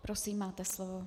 Prosím, máte slovo.